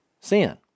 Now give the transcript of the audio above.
Sin